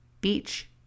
beach